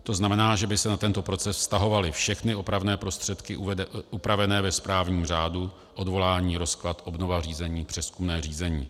To znamená, že by se na tento proces vztahovaly všechny opravné prostředky upravené ve správním řádu odvolání, rozklad, obnova řízení, přezkumné řízení.